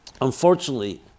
Unfortunately